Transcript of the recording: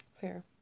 Fair